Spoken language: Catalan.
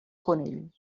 conill